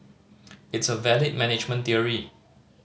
it's a valid management theory